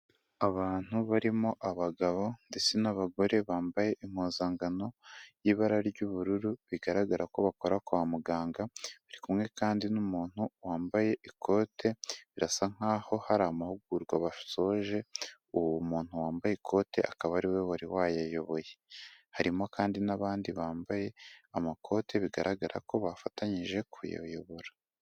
Abantu barimo abagabo ndetse n'abagore, bambaye impuzankano y'ibara ry'ubururu, bigaragara ko bakora kwa muganga, bari kumwe kandi n'umuntu wambaye ikote, birasa nk'aho hari amahugurwa basoje, uwo muntu wambaye ikote akaba ari we wari wayayoboye. Harimo kandi n'abandi bambaye amakote, bigaragara ko bafatanyije kuyayobora.